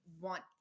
want